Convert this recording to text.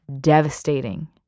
devastating